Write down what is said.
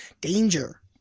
danger